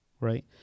right